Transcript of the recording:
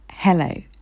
Hello